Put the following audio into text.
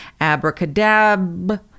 abracadabra